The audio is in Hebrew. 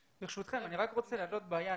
ברשותכם, אני רק רוצה להעלות בעיה.